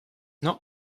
not